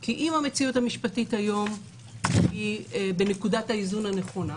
כי אם המציאות המשפטית היום היא בנקודת האיזון הנכונה,